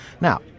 Now